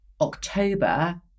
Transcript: October